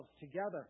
together